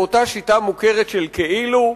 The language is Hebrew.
באותה שיטה מוכרת של "כאילו",